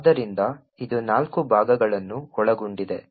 ಆದ್ದರಿಂದ ಇದು ನಾಲ್ಕು ಭಾಗಗಳನ್ನು ಒಳಗೊಂಡಿದೆ